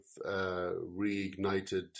reignited